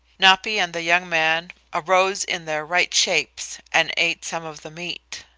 napi and the young man arose in their right shapes and ate some of the meat.